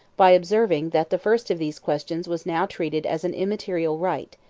by observing that the first of these questions was now treated as an immaterial rite,